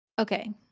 Okay